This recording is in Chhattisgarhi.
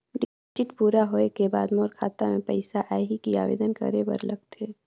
डिपॉजिट पूरा होय के बाद मोर खाता मे पइसा आही कि आवेदन करे बर लगथे?